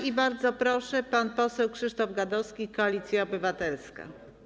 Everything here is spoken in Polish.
I bardzo proszę, pan poseł Krzysztof Gadowski, Koalicja Obywatelska.